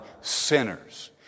sinners